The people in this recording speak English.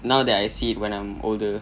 now that I see it when I'm older